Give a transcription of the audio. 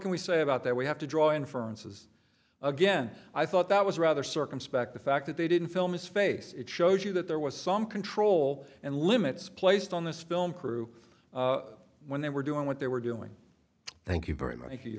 can we say about that we have to draw inferences again i thought that was rather circumspect the fact that they didn't film his face it shows you that there was some control and limits placed on this film crew when they were doing what they were doing thank you very m